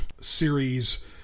series